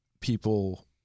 people